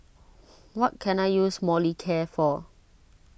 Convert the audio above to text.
what can I use Molicare for